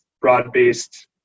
broad-based